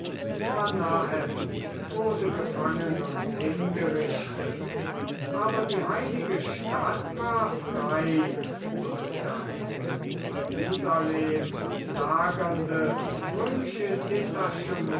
wurde gefangen und hingerichtet aber die heilige stadt war frei und das in jerusalem lagernde